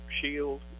Shield